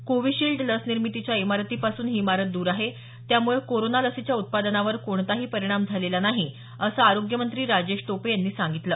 Covishield लस निर्मितीच्या इमारतीपासून ही इमारत दूर आहे त्यामुळे कोरोना लसीच्या उत्पादनावर कोणताही परिणाम झालेला नाही असं आरोग्य मंत्री राजेश टोपे यांनी सांगितलं